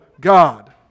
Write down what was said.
God